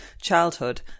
childhood